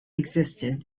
existed